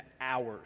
hours